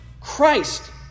Christ